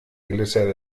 iglesia